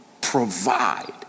provide